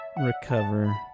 recover